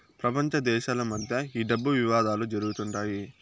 ప్రపంచ దేశాల మధ్య ఈ డబ్బు వివాదాలు జరుగుతుంటాయి